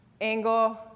angle